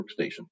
workstation